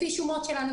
לפי שומות שלנו.